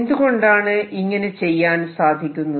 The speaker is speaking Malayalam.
എന്തുകൊണ്ടാണ് ഇങ്ങനെ ചെയ്യാൻ സാധിക്കുന്നത്